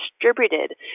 distributed